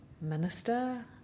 Minister